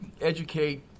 educate